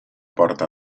porta